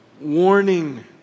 warning